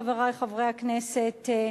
חברי חברי הכנסת,